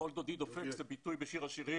קול דודי דופק, זה ביטוי משיר השירים.